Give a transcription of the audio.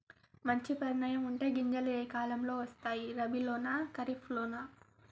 మంచి పరిమాణం ఉండే గింజలు ఏ కాలం లో వస్తాయి? రబీ లోనా? ఖరీఫ్ లోనా?